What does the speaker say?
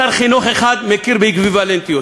אז שר חינוך אחד מכיר באקוויוולנטיות,